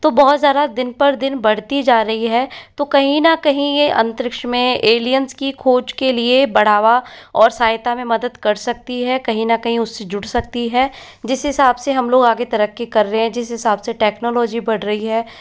तो बहुत ज़्यादा दिन पर दिन बढ़ती जा रही है तो कहीं न कहीं ये आंतरिक्ष में एलियंस की खोज के लिए बढ़ावा और सहायता में मदद कर सकती है कहीं न कहीं उससे जुड़ सकती है जिस हिसाब से हम लोग आगे तरक्की कर रहें है जिस हिसाब से टेक्नॉलजी बढ़ रही है